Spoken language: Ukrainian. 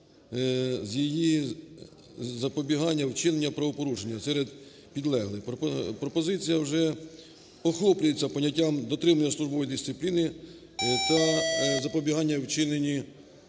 з її запобігання вчинення правопорушення серед підлеглих. Пропозиція вже охоплюється поняттям дотримання службової дисципліни та запобігання в вчиненні правопорушень.